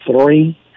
three